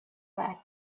back